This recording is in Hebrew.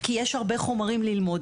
כי יש הרבה חומרים ללמוד,